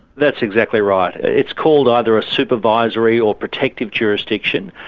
that's exactly right. it's called either a supervisory or protective jurisdiction,